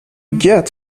get